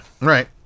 right